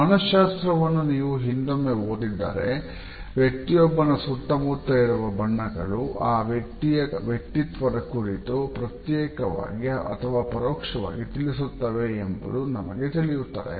ಮನಃಶಾಸ್ತ್ರವನ್ನು ನೀವು ಹಿಂದೊಮ್ಮೆ ಓದಿದ್ದರೆ ವ್ಯಕ್ತಿಯೊಬ್ಬನ ಸುತ್ತಮುತ್ತ ಇರುವ ಬಣ್ಣಗಳು ಆ ವ್ಯಕ್ತಿಯ ವ್ಯಕ್ತಿತ್ವದ ಕುರಿತು ಪ್ರತ್ಯಕ್ಷವಾಗಿ ಅಥವಾ ಪರೋಕ್ಷವಾಗಿ ತಿಳಿಸುತ್ತವೆ ಎಂಬುದು ನಿಮಗೆ ತಿಳಿಯುತ್ತದೆ